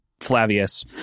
Flavius